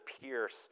pierce